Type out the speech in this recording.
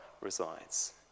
resides